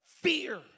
fear